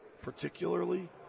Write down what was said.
particularly